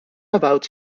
about